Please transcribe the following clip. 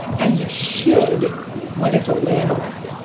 and you should when it's a land grab.